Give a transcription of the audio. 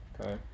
Okay